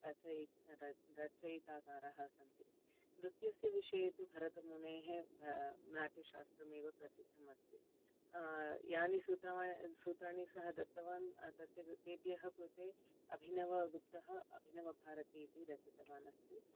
रचयि रच रचयिताकारः सन्ति नृत्यस्य विषये तु भरतमुनेः भ नाट्यशास्त्रमेव प्रसिद्धमस्ति यानि सूत्रमा सूत्राणि सः दत्तवान् तस्य कृ तेभ्यः कृते अभिनवगुप्तः अभिनवभारती इति रचितवान् अस्ति